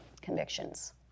convictions